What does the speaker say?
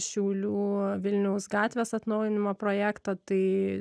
šiaulių vilniaus gatvės atnaujinimo projektą tai